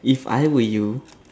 if I were you